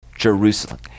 Jerusalem